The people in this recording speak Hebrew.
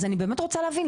אז אני באמת רוצה להבין,